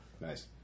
Nice